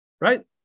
right